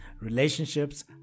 relationships